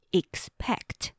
expect